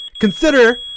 Consider